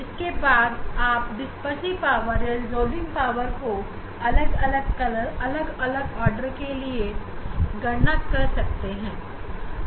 जिसके बाद आप डिस्पर्सिव पावर या रिजॉल्विंग पावर को अलग अलग रंग और अलग अलग ऑर्डर के लिए गणना कर सकते हैं